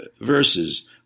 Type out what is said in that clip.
verses